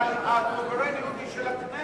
אבל הסוברניות היא של הכנסת.